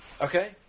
okay